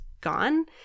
gone